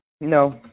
No